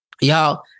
y'all